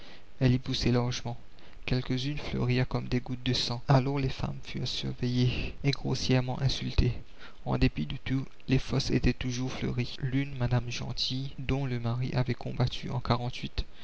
elles y poussaient largement quelques-unes fleurirent comme des gouttes de sang alors les femmes furent surveillées et grossièrement insultées en dépit de tout les fosses étaient toujours fleuries l'une madame gentil dont le mari avait combattu en